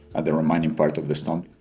the remaining part of the stump,